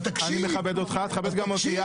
תכבד גם אותי.